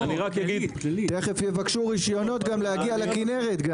תיכף יבקשו רישיונות גם להגיע לכנרת,